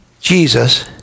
Jesus